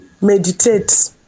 meditate